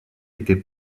était